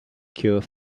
cure